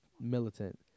militant